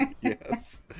Yes